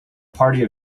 party